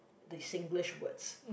with Singlish words